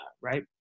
right